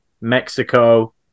Mexico